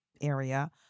area